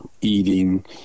eating